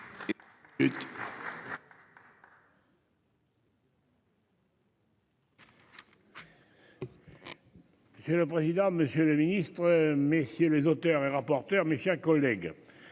Monsieur le président, Monsieur le ministre. Messieurs les rapporteurs, mes chers collègues.